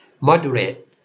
moderate